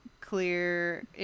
clear